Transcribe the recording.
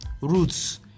Roots